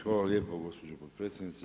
Hvala lijepo gospođo potpredsjednice.